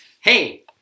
Hey